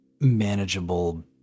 manageable